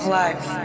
life